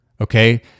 okay